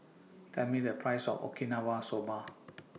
Tell Me The Price of Okinawa Soba